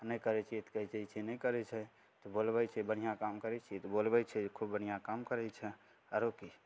नहि करैत छियै तऽ कहै छै कि नहि करैत छै तऽ बोलबैत छै बढ़िआँ काम करैत छियै तऽ बोलबैत छै जे खुब बढ़िआँ काम करैत छेँ आरो किछु